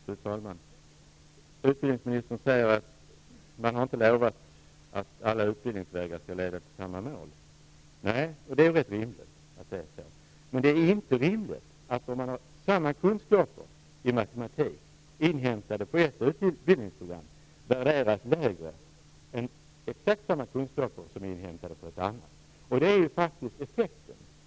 Fru talman! Utbildningsministern säger att man inte har lovat att alla utbildningsvägar skall leda till samma mål. Nej, och det är rätt rimligt att det är så. Men det är inte rimligt att samma kunskaper i matematik inhämtade på ett utbildningsprogram värderas lägre än exakt samma kunskaper inhämtade på ett annat. Det är faktiskt effekten.